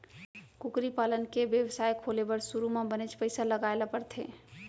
कुकरी पालन के बेवसाय खोले बर सुरू म बनेच पइसा लगाए ल परथे